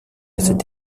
cette